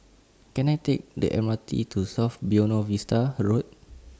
Can I Take The M R T to South Buona Vista Road